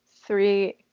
three